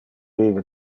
vive